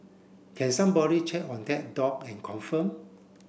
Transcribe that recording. can somebody check on that dog and confirm